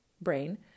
brain